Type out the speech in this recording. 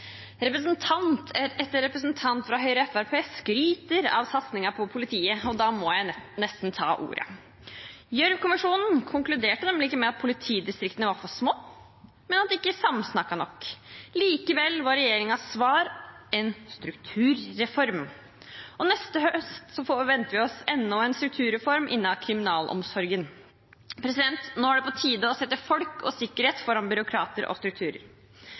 Representant etter representant fra Høyre og Fremskrittspartiet skryter av satsingen på politiet, og da må jeg nesten ta ordet. Gjørv-kommisjonen konkluderte nemlig ikke med at politidistriktene var for små, men at de ikke samsnakket nok. Likevel var regjeringens svar en strukturreform. Og neste høst venter vi oss enda en strukturreform innen kriminalomsorgen. Nå er det på tide å sette folk og sikkerhet foran byråkrater og